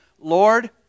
Lord